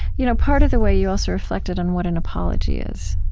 you know part of the way you also reflected on what an apology is,